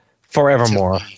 forevermore